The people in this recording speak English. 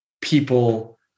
people